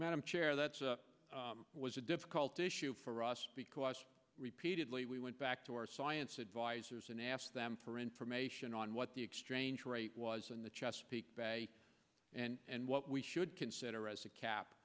madam chair that's was a difficult issue for us because repeatedly we went back to our science advisors and asked them for information on what the exchange rate was in the chesapeake bay and what we should consider as a cap